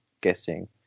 guessing